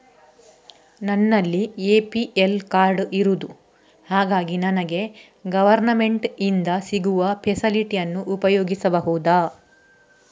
ನನ್ನಲ್ಲಿ APL card ಇರುದು ಹಾಗಾಗಿ ನನಗೆ ಗವರ್ನಮೆಂಟ್ ಇಂದ ಸಿಗುವ ಫೆಸಿಲಿಟಿ ಅನ್ನು ಉಪಯೋಗಿಸಬಹುದಾ?